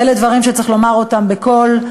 ואלה דברים שצריך לומר אותם בקול.